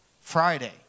friday